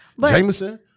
Jameson